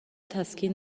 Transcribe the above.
تسکین